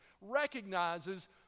recognizes